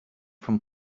from